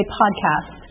podcast